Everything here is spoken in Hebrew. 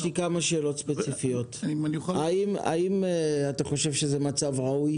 יש לי כמה שאלות ספציפיות האם אתה חושב שזה מצב ראוי